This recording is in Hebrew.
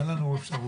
אין לנו אפשרות.